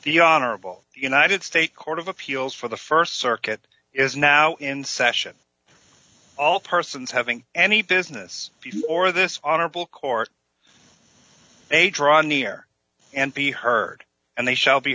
the honorable united states court of appeals for the st circuit is now in session all persons having any business or this honorable court they draw near and be heard and they shall be